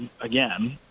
again